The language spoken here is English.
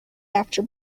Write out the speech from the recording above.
after